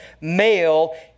male